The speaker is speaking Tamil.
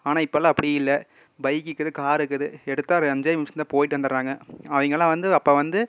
ஆனால் இப்போல்லாம் அப்படி இல்லை பைக் இருக்குது கார் இருக்குது எடுத்தால் ஒரு அஞ்சே நிமிஷம்தான் போய்ட்டு வந்துடுறாங்க அவங்கள்லாம் வந்து அப்போ வந்து